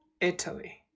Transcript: Italy